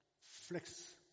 flex